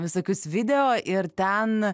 visokius video ir ten